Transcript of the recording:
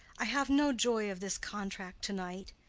i have no joy of this contract to-night.